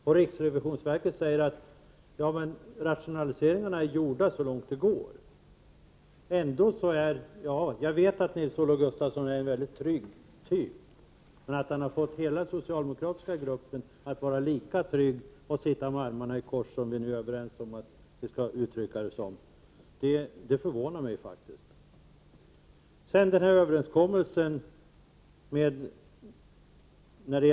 Och riksförsäkringsverket säger också att rationaliseringar har gjorts så långt det går. Jag vet att Nils-Olof Gustafsson är en mycket trygg person, men det förvånar mig faktiskt att han har fått hela den socialdemokratiska gruppen att vara lika trygg och sitta med armarna i kors — som vi tycks vara överens om att Prot. 1988/89:25 vi skall uttrycka det.